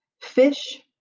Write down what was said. fish